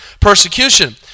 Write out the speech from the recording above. persecution